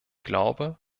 glaube